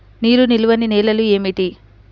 నీరు నిలువని నేలలు ఏమిటి?